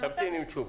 תמתיני עם תשובות.